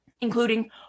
including